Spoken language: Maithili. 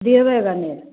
देबै ने